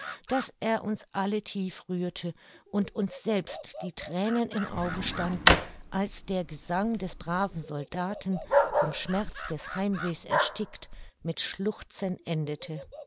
daß er uns alle tief rührte und uns selbst die thränen im auge standen als der gesang des braven soldaten vom schmerz des heimweh's erstickt mit schluchzen endete